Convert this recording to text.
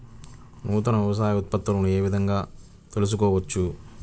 నూతన వ్యవసాయ ఉత్పత్తులను ఏ విధంగా తెలుసుకోవచ్చు?